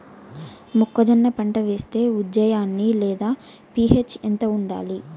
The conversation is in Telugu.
మొక్కజొన్న పంట వేస్తే ఉజ్జయని లేదా పి.హెచ్ ఎంత ఉండాలి?